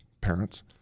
parents